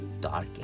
dark